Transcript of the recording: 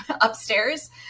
upstairs